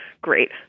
great